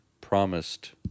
promised